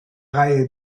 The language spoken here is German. reihe